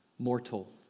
Mortal